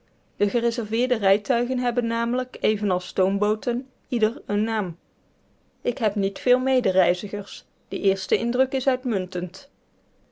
de gereserveerde rijtuigen hebben namelijk evenals stoombooten ieder eenen naam ik heb niet veel medereizigers de eerste indruk is uitmuntend